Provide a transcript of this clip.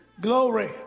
Glory